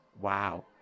Wow